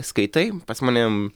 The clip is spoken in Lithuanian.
skaitai pas mane